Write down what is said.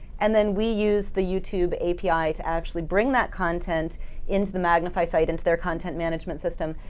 and then we use the youtube api to actually bring that content into the magnify site, into their content management system,